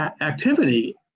activity